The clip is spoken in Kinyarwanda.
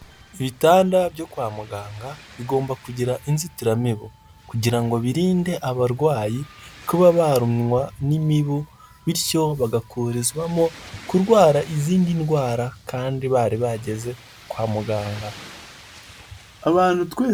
Ibitanda byo kwa muganga bigomba kugira inzitiramibu kugira ngo birinde abarwayi kuba barumwa n'imibu bityo bagakurizwamo kurwara izindi ndwara kandi bari bageze kwa muganga.